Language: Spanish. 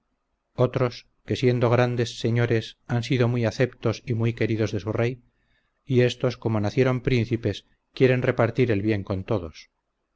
otros que siendo grandes señores han sido muy aceptos y muy queridos de su rey y estos como nacieron príncipes quieren repartir el bien con todos